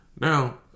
Now